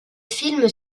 films